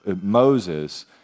Moses